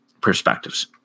perspectives